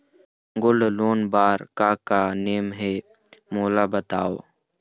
Gold loan बार का का नेम हे, मोला बताव?